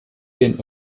den